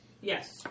Yes